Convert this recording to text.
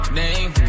name